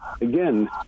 again